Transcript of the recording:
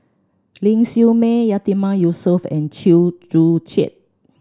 Ling Siew May Yatiman Yusof and Chew Joo Chiat